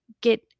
get